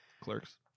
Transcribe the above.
Clerks